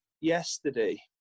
yesterday